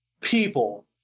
people